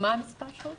מה המספר, שוב?